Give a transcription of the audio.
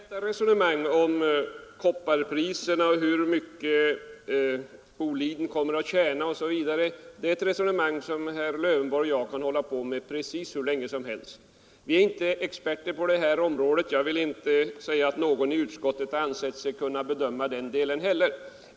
Fru talman! Detta resonemang om kopparpriserna och hur mycket Boliden kommer att tjäna osv. kan herr Lövenborg och jag hålla på med hur länge som helst. Vi är inte experter på det här området. Jag vill inte säga att någon i utskottet har ansett sig kunna bedöma den delen heller.